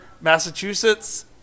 Massachusetts